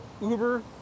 Uber